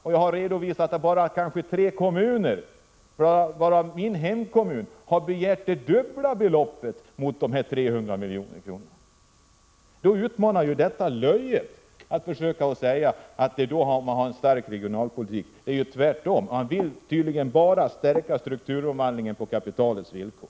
Och jag har redovisat att tre kommuner, bl.a. min hemkommun, har begärt det dubbla beloppet i förhållande till dessa 300 milj.kr. Man utmanar ju löjet om man då säger att man har en stark regionalpolitik. Det är ju tvärtom. Man vill tydligen förbättra strukturomvandlingen bara på kapitalets villkor.